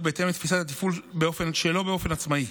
בהתאם לתפיסת התפעול שלו באופן עצמאי,